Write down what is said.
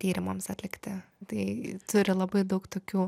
tyrimams atlikti tai turi labai daug tokių